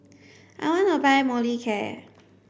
I want to buy Molicare